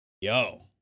yo